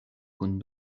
kun